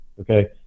okay